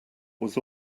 was